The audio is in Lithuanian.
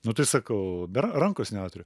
nu tai sakau be r rankos neturiu